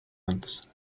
months